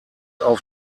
auf